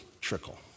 trickle